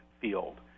field